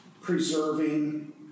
preserving